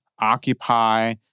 Occupy